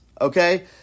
okay